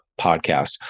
Podcast